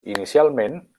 inicialment